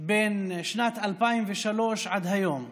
בין שנת 2003 עד היום.